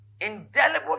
indelible